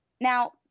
Now